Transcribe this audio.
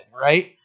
right